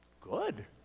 Good